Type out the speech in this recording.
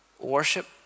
worship